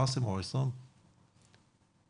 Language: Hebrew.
באמת הדגשת ההיבטים